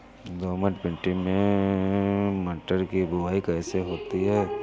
दोमट मिट्टी में मटर की बुवाई कैसे होती है?